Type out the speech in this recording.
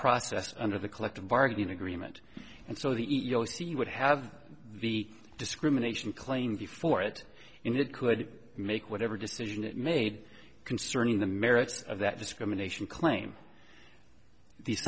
process under the collective bargaining agreement and so the e e o c would have the discrimination claim before it and it could make whatever decision it made concerning the merits of that discrimination claim the se